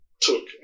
took